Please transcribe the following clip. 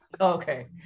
Okay